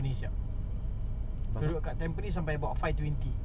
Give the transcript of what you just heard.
terus baru kit~ ah pergi jurong ah